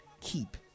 keep